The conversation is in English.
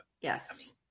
Yes